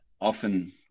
often